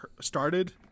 started